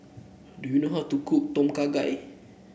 do you know how to cook Tom Kha Gai